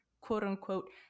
quote-unquote